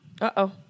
Uh-oh